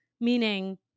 Meaning